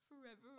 forever